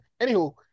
Anywho